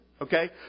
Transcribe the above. Okay